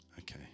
okay